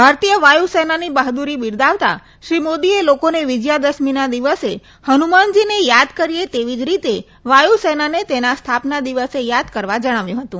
ભારતીય વાયુસેનાની બહાદુરી બિરદાવતા શ્રી મોદીએ લોકોને વિજયા દશમીના દિવસે હનુમાનજીને યાદ કરીએ એવી જ રીતે વાયુસેનાને તેના સ્થાપના દિવસે યાદ કરવા જણાવ્યું હતું